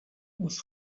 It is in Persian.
عذر